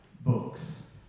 books